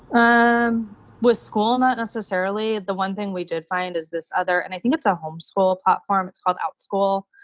um with school, not necessarily. the one thing we did find is this other, and i think it's a home-school platform. it's called outschool.